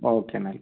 okay ma'am